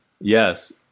yes